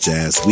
Jazz